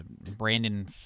Brandon